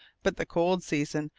but the cold season,